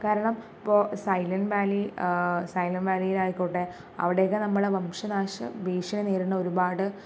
കാരണം ഇപ്പോ Silent Valley Silent വാലിയിലായിക്കോട്ടെ അവിടെയൊക്കെ നമ്മളെ വംശനാശം ഭീഷണി നേരിടുന്ന ഒരുപാട്